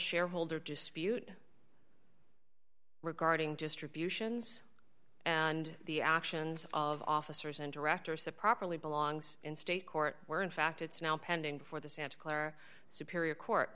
shareholder dispute regarding distributions and the actions of officers and directors of properly belongs in state court where in fact it's now pending before the santa clara superior court